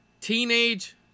Teenage